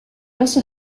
also